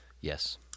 Yes